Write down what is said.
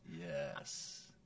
yes